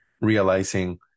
realizing